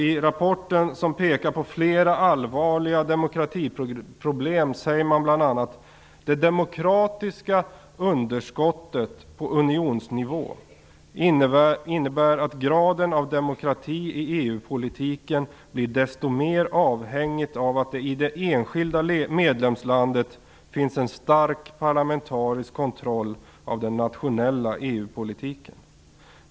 I rapporten, där man pekar på flera allvarliga demokratiproblem, säger man bl.a.: Det demokratiska underskottet på unionsnivå innebär att graden av demokrati i EU-politiken blir desto mer avhängigt av att det i det enskilda medlemslandet finns en stark parlamentarisk kontroll av den nationella EU politiken.